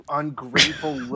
ungrateful